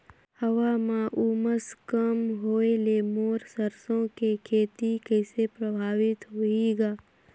हवा म उमस कम होए ले मोर सरसो के खेती कइसे प्रभावित होही ग?